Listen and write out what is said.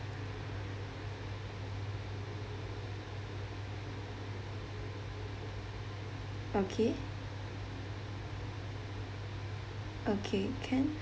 okay okay can